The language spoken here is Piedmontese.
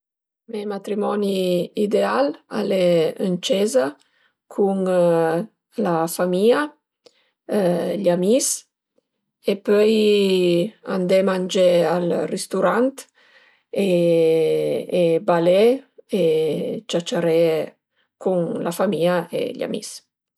Me matrimoni ideal al e ën ciesa cun la famìa, gl'amis e pöi andé mangé al risturant e balé e ciaciaré cun la famìa e gl'amis